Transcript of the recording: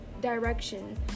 direction